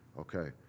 Okay